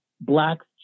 blacks